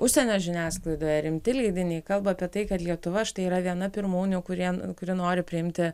užsienio žiniasklaida rimti leidiniai kalba apie tai kad lietuva štai yra viena pirmūnių kurie kuri nori priimti